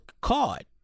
card